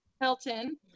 Hilton